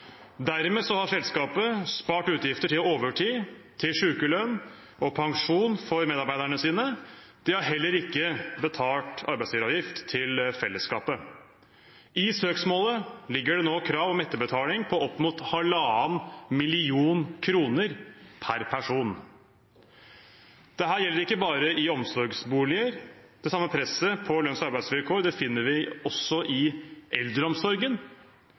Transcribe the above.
Dermed har selskapet spart utgifter til overtid, til sykelønn og til pensjon for medarbeiderne sine. De har heller ikke betalt arbeidsgiveravgift til fellesskapet. I søksmålet ligger det nå krav om etterbetaling på opp mot 1,5 mill. kr per person. Dette gjelder ikke bare i omsorgsboliger. Det samme presset på lønns- og arbeidsvilkår finner vi også i eldreomsorgen.